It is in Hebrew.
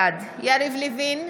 בעד יריב לוין,